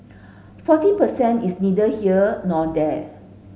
forty per cent is neither here nor there